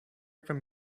from